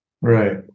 Right